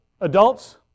adults